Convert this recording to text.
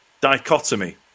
dichotomy